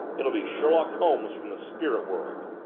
it'll be sherlock holmes from the spirit world!